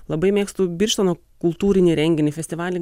labai mėgstu birštono kultūrinį renginį festivalį